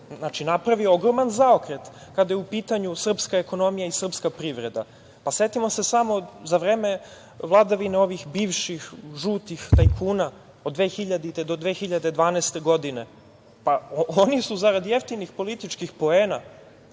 napravio ogroman zaokret kada je u pitanju srpska ekonomija i srpski privreda. Setimo se samo za vreme vladavine ovih bivših žutih tajkuna od 2000. do 2012. godine, oni su zarad jeftinih političkih poena,